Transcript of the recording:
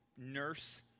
nurse